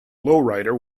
lowrider